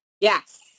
Yes